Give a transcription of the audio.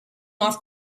off